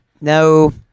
No